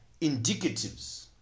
indicatives